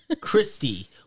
Christy